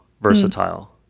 versatile